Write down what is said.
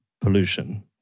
pollution